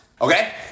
okay